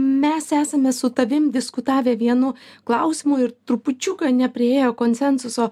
mes esame su tavimi diskutavę vienu klausimu ir trupučiuką nepriėję konsensuso